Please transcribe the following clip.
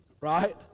right